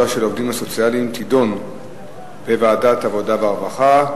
של העובדים הסוציאליים תידון בוועדת העבודה והרווחה.